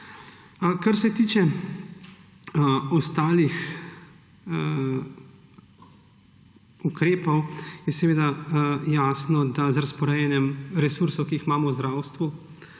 Kar se tiče ostalih ukrepov, je seveda jasno, da z razporejanjem resursov, ki jih imamo v zdravstvu,